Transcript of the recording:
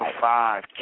five